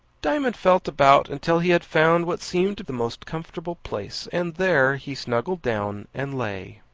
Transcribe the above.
diamond felt about until he had found what seemed the most comfortable place, and there he snuggled down and lay.